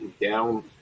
down